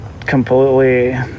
Completely